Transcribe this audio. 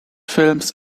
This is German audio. films